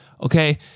Okay